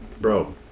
Bro